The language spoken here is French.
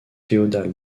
féodale